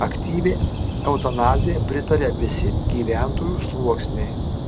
aktyviai eutanazijai pritaria visi gyventojų sluoksniai